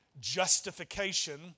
justification